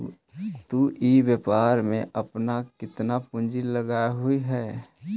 तु इ व्यापार में अपन केतना पूंजी लगएलहुं हे?